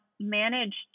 managed